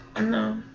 No